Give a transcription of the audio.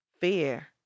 fear